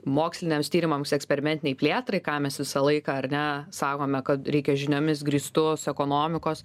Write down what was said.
moksliniams tyrimams eksperimentinei plėtrai ką mes visą laiką ar ne sakome kad reikia žiniomis grįstos ekonomikos